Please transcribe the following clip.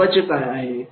महत्त्वाचे काय आहे